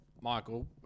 Michael